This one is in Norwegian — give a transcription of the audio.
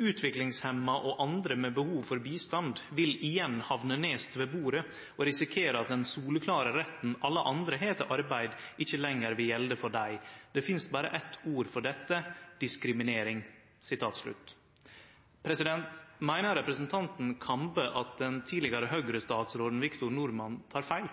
«Utviklingshemmede og andre med behov for bistand vil igjen havne nederst ved bordet og risikere at den soleklare retten alle andre har til arbeid, ikke lenger gjelder for dem. Det finnes bare ett ord for dette – diskriminering.» Meiner representanten Kambe at den tidlegare Høgre-statsråden Victor D. Norman tek feil?